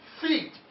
feet